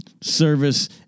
service